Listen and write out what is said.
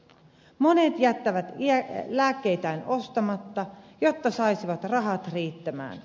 monet jättävät lääkkeitään ostamatta jotta saisivat rahat riittämään